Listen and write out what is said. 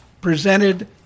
presented